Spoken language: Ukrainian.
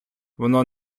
воно